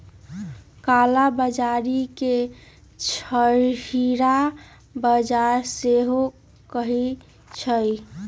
कला बजारी के छहिरा बजार सेहो कहइ छइ